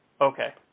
okay